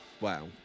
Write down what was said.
wow